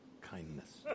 kindness